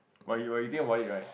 but you already think what you like